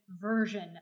version